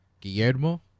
Guillermo